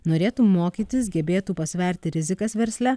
norėtų mokytis gebėtų pasverti rizikas versle